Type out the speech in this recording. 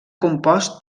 compost